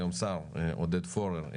היום השר עודד פורר,